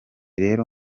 rero